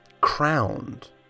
crowned